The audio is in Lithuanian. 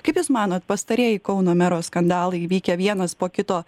kaip jūs manot pastarieji kauno mero skandalai vykę vienas po kito